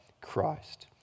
Christ